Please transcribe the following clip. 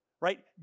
right